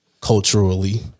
culturally